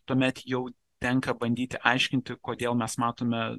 tuomet jau tenka bandyti aiškinti kodėl mes matome